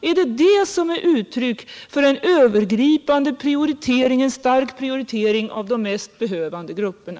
Är det det som är uttryck för en stark prioritering för de mest behövande grupperna?